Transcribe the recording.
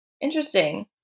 interesting